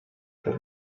but